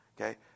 Okay